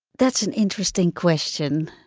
that's an interesting question.